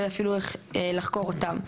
לא יהיה אפילו איך לחקור אותם.